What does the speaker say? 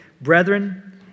Brethren